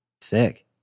Sick